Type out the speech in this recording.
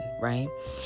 right